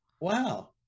Wow